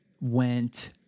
went